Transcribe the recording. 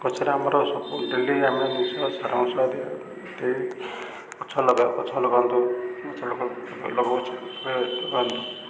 ଗଛରେ ଆମର ସବୁ ଡେଲି ଆମେ ନିଶ ସାର ମାଶ ଦେଇ ଗଛ ଲଗା ଗଛ ଲଗାନ୍ତୁ ଗଛ ଲଗାଉୁ